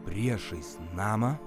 priešais namą